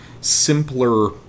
simpler